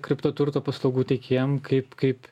kripto turto paslaugų teikėjam kaip kaip